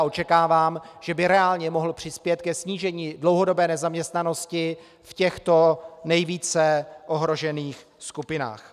Očekávám, že by reálně mohl přispět ke snížení dlouhodobé nezaměstnanosti v těchto nejvíce ohrožených skupinách.